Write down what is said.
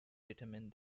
determined